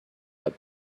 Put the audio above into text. web